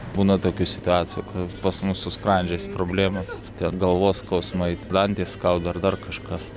būna tokių situacijų kai pas mus su skrandžiais problemas ten galvos skausmai dantį skauda ar dar kažkas